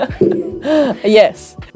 Yes